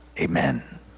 amen